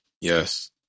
Yes